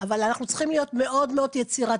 אבל אנחנו צריכים להיות מאוד מאוד יצירתיים,